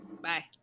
Bye